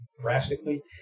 drastically